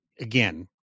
again